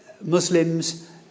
Muslims